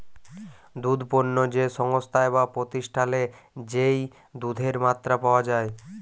দুধ পণ্য যে সংস্থায় বা প্রতিষ্ঠালে যেই দুধের মাত্রা পাওয়া যাই